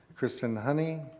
kristen honey.